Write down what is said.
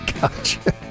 Gotcha